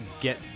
get